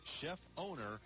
chef-owner